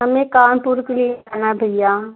हमें कानपुर के लिए जाना है भैया